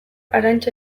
arantxa